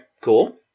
cool